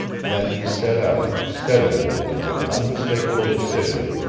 then he set out, steadily and with unmistakable decision,